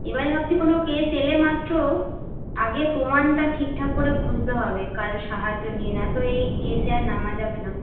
এবারে ভাবছি কোনো কেস এলে মাত্র আগে প্রমাণটা ঠিকঠাক করে খুঁজতে হবে কারও সাহায্য নিয়ে নয়তো এই কেসে আর নামা যাবে না